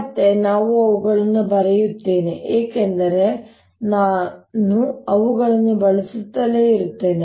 ಮತ್ತೆ ನಾನು ಅವುಗಳನ್ನು ಬರೆಯುತ್ತೇನೆ ಏಕೆಂದರೆ ನಾನು ಅವುಗಳನ್ನು ಬಳಸುತ್ತಲೇ ಇರುತ್ತೇನೆ